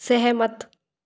सहमत